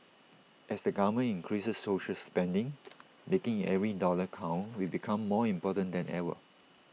as the government increases social spending making every dollar count will become more important than ever